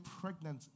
pregnant